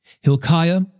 Hilkiah